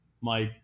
Mike